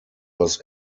los